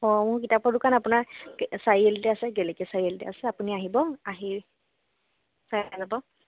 অঁ মোৰ কিতাপৰ দোকান আপোনাৰ চাৰিআলিতে আছে গেলেকী চাৰিআলিতে আছে আপুনি আহিব আহি চাই যাব